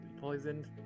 poisoned